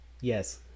yes